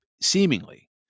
seemingly